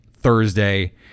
Thursday